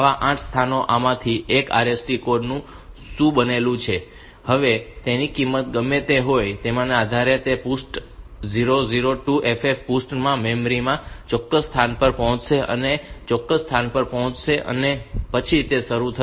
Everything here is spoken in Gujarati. આવા 8 સ્થાનો આમાંથી એક RST કોડ નું બનેલું હશે અને તેની કિંમત ગમે તે હોય તેના આધારે તે પૃષ્ઠ 0 0 2 ff પૃષ્ઠમાં મેમરી માં ચોક્કસ સ્થાન પર પહોંચશે અને તે ચોક્કસ સ્થાન પર પહોંચશે અને પછી તે શરૂ થશે